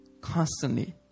constantly